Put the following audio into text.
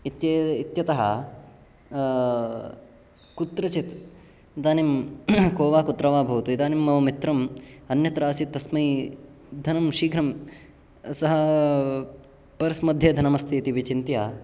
इत्येतद् इत्यतः कुत्रचित् इदानीं को वा कुत्र वा भवतु इदानीं मम मित्रम् अन्यत्र आसीत् तस्मै धनं शीघ्रं सः पर्स् मध्ये धनमस्ति इति विचिन्त्य